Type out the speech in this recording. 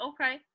okay